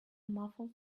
muffled